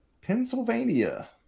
Pennsylvania